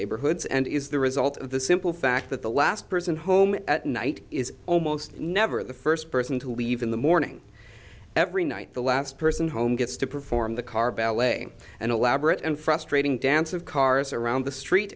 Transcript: neighborhoods and is the result of the simple fact that the last person home at night is almost never the first person to leave in the morning every night the last person home gets to perform the car ballet an elaborate and frustrating dance of cars around the street